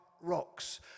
rocks